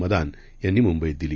मदानयांनीमुंबईतदिली